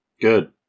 Good